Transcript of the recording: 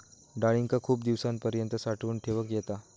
डाळींका खूप दिवसांपर्यंत साठवून ठेवक येता